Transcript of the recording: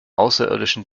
außerirdischen